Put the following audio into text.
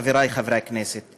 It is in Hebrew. חברי חברי הכנסת,